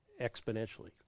exponentially